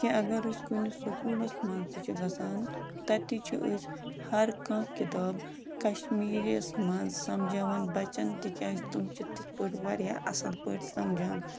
کہِ اگر أسۍ کُنہِ سکوٗلَس منٛز تہِ چھِ گژھان تَتہِ تہِ چھِ أسۍ ہر کانٛہہ کِتاب کَشمیٖریس منٛز سَمجاوان بَچَن تِکیٛازِ تم چھِ تِتھ پٲٹھۍ واریاہ اَصٕل پٲٹھۍ سَمجان